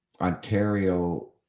Ontario